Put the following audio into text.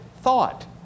thought